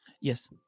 Yes